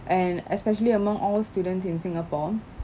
and especially among all students in singapore